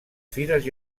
fires